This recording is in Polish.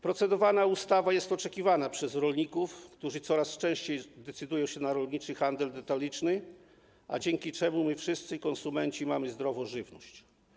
Procedowana ustawa jest oczekiwana przez rolników, którzy coraz częściej decydują się na rolniczy handel detaliczny, dzięki czemu my wszyscy, konsumenci, mamy zdrową żywność.